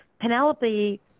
Penelope